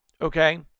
okay